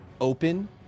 open